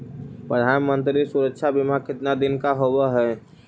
प्रधानमंत्री मंत्री सुरक्षा बिमा कितना दिन का होबय है?